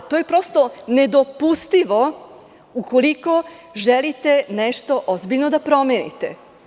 To je prosto nedopustivo, ukoliko želite nešto ozbiljno da promenite.